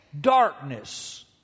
darkness